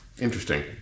Interesting